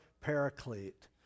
paraclete